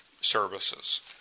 services